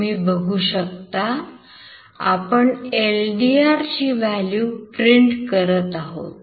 तुम्ही बघू शकता आपण LDR ची व्हॅल्यू print करत आहोत